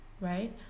right